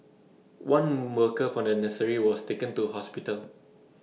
one worker from the nursery was taken to hospital